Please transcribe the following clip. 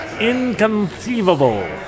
Inconceivable